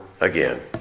again